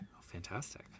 Fantastic